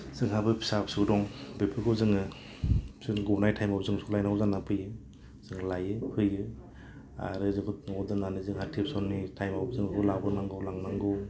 जोंहाबो फिसा फिसौ दं बेखौबो जोङो बिसोर गनाय टाइमाव जों बिसोरखौ लायनांगौ जानानै फोयो जों लायो फैयो आरो न'आव दोन्नानै जोंहा टिउशननि टाइमाव जों लाबोनांगौ लांनांगौ